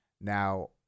Now